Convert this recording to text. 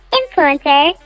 influencer